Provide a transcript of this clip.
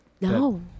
No